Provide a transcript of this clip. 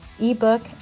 ebook